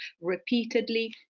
repeatedly